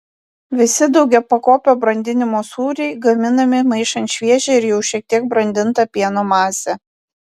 visi daugiapakopio brandinimo sūriai gaminami maišant šviežią ir jau šiek tiek brandintą pieno masę